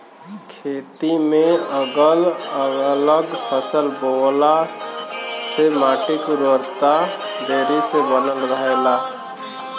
खेती में अगल अलग फसल बोअला से माटी के उर्वरकता देरी ले बनल रहेला